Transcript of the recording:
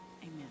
Amen